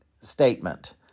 statement